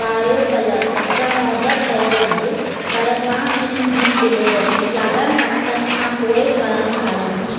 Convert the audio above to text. bio colour जा order कयो आहे पर मां इनजी डिलीवरी यारहनि हफ़्तनि खां पोइ करणु चाहियां थी